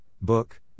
book